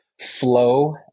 flow